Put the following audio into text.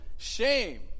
shame